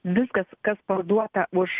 viskas kas parduota už